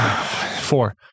four